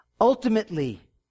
Ultimately